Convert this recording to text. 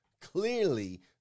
clearly